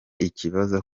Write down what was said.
ikibazo